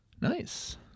Nice